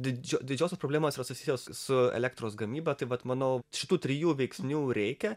dydž didžiosios problemos yra susijusios su elektros gamyba tai vat manau šitų trijų veiksnių reikia